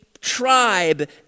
tribe